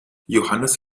johannes